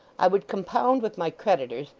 i would compound with my creditors,